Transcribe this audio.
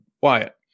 Wyatt